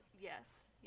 Yes